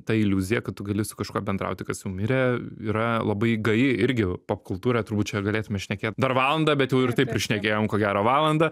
ta iliuzija kad tu gali su kažkuo bendrauti kas jau mirė yra labai gaji irgi pop kultūroj turbūt čia galėtume šnekėt dar valandą bet jau ir taip prišnekėjom ko gero valandą